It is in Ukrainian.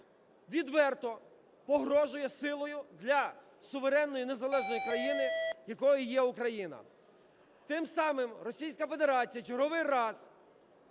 відверто погрожує силою для суверенної, незалежної країни, якою є Україна. Тим самим Російська Федерація в черговий раз